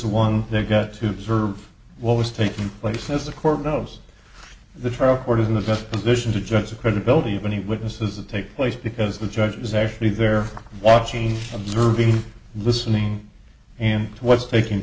the one that got to preserve what was taking place as the court knows the trial court isn't the best position to judge the credibility of any witnesses that take place because the judge is actually there watching observing and listening and what's taking